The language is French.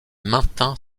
maintint